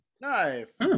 nice